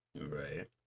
right